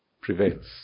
prevails